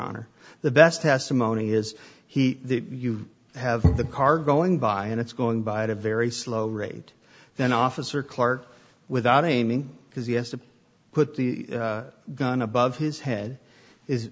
honor the best testimony is he you have the car going by and it's going by at a very slow rate then officer clark without aiming because he has to put the gun above his head is